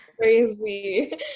crazy